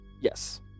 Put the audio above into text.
Yes